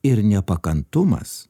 ir nepakantumas